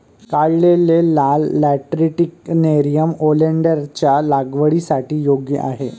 काढलेले लाल lateritic nerium ओलेन्डरच्या लागवडीसाठी योग्य आहे